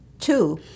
two